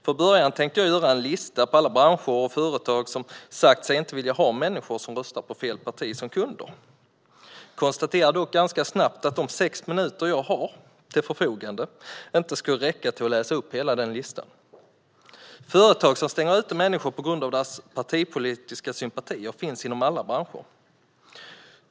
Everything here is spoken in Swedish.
Från början tänkte jag göra en lista på alla branscher och företag som sagt sig inte vilja ha människor som röstar på fel parti som kunder. Jag konstaterade dock ganska snabbt att de sex minuter jag har till mitt förfogande inte skulle räcka till att läsa upp hela listan. Företag som stänger ute människor på grund av deras partipolitiska sympatier finns inom alla branscher.